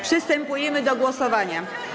Przystępujemy do głosowania.